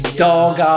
dog